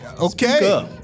Okay